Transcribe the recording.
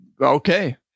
okay